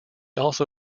also